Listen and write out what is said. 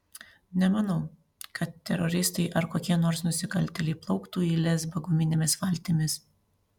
nemanau kad teroristai ar kokie nors nusikaltėliai plauktų į lesbą guminėmis valtimis